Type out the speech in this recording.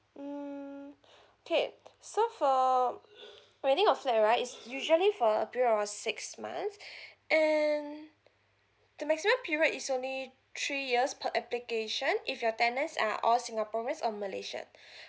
mm okay so for renting of flat right is usually for a period of six months and the maximum period is only three years per application if your tenants are all singaporeans or malaysian